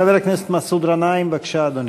חבר הכנסת מסעוד גנאים, בבקשה, אדוני.